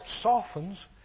softens